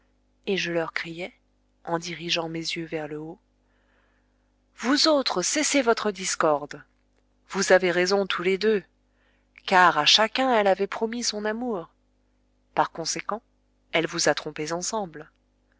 et je leur criai en dirigeant mes yeux vers le haut vous autres cessez votre discorde vous avez raison tous les deux car à chacun elle avait promis son amour par conséquent elle vous a trompés ensemble